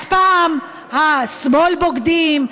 אז פעם השמאל בוגדים,